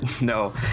No